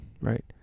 Right